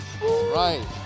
Right